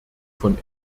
von